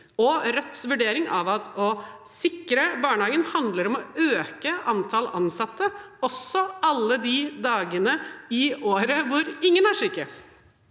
og Rødts vurdering: at å sikre barnehagen handler om å øke antall ansatte, også alle de dagene i året ingen er syke.